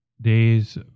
days